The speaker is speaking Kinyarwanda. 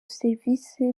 serivisi